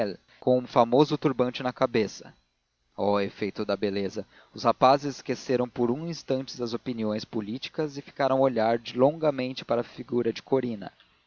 com o famoso turbante na cabeça ó efeito da beleza os rapazes esqueceram por um instante as opiniões políticas e ficaram a olhar longamente a figura de corina